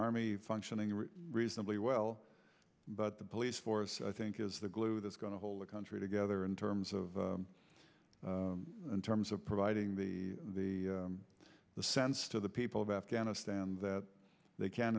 army functioning reasonably well but the police force i think is the glue that's going to hold the country together in terms of in terms of providing the the the sense to the people of afghanistan that they can